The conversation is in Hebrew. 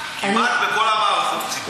כמעט בכל המערכות הציבוריות.